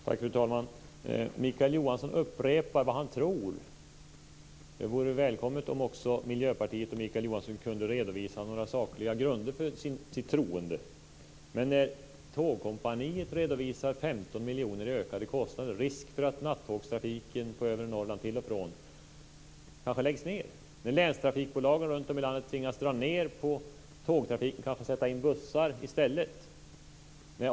Fru talman! Mikael Johansson upprepar vad han tror. Det vore välkommet om Miljöpartiet och Mikael Johansson också kunde redovisa några sakliga grunder för sitt troende. Norrland läggs ned. Länstrafikbolagen runt om i landet tvingas dra ned på tågtrafik och kanske sätta in bussar i stället.